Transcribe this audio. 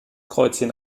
kreuzchen